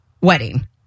wedding